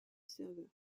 serveurs